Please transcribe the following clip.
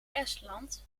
estland